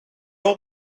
all